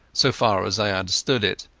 so far as i understood it,